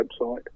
website